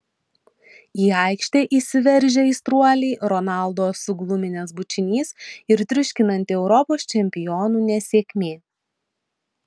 į aikštę įsiveržę aistruoliai ronaldo sugluminęs bučinys ir triuškinanti europos čempionų nesėkmė